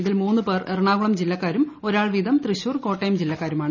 ഇതിൽ മൂന്ന് പേർ എറണാകുളം ജില്ലക്കാരും ഒരാൾ വീതം തൃശ്ശൂർ കോട്ടയം ജില്ലക്കാരുമാണ്